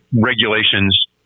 regulations